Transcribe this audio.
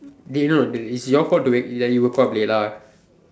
dey no the it's your fault to wake that you woke up late ah